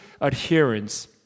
adherence